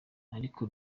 ariko